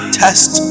test